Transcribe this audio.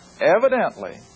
evidently